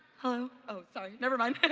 hello? oh sorry, never mind.